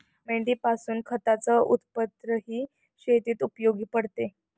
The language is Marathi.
मेंढीपासून खताच उत्पन्नही शेतीत उपयोगी पडते